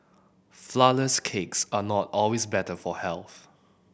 flourless cakes are not always better for health